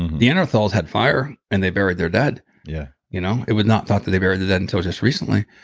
neanderthals had fire and they buried their dead yeah you know it was not thought that they buried the dead until just recently.